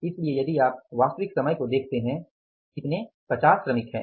इसलिए यदि आप वास्तविक समय को देखते हैं कितने 50 श्रमिक हैं